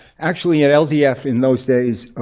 actually, at ldf in those days,